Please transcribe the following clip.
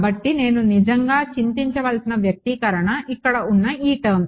కాబట్టి నేను నిజంగా చింతించవలసిన వ్యక్తీకరణ ఇక్కడ ఉన్న ఈ టర్మ్